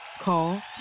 Call